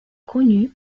connus